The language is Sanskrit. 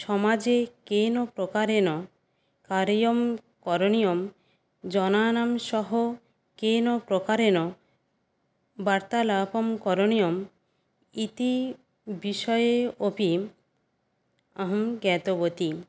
समाजे केन प्रकारेण कार्यं करणीयं जनानां सह केन प्रकारेण वार्तालापः करणीयः इति विषये अपि अहं ज्ञातवती